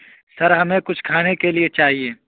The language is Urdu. سر ہمیں کچھ کھانے کے لیے چاہیے